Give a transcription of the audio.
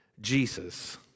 Jesus